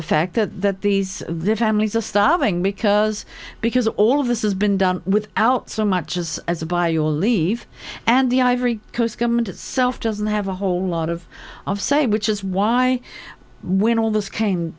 the fact that these families are starving because because all of this is been done without so much as as a by your leave and the ivory coast government itself doesn't have a whole lot of of say which is why when all this came